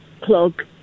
plug